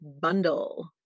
bundle